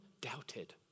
doubted